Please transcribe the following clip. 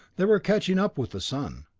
they were catching up with the sun.